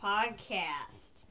Podcast